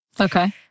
Okay